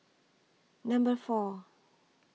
Number four